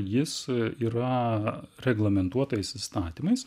jis yra reglamentuotas įstatymais